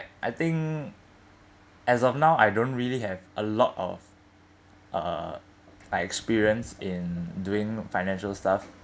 I think as of now I don't really have a lot of uh like experience in doing financial stuff